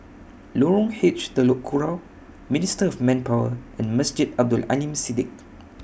Lorong H Telok Kurau Ministry of Manpower and Masjid Abdul Aleem Siddique